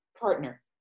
partner